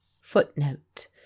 Footnote